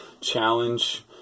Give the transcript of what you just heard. challenge